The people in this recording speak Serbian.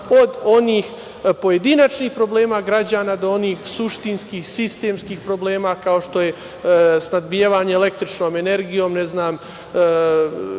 od onih pojedinačnih problema građana do onih suštinskih, sistemskih problema kao što je snabdevanje električnom energijom, izgradnja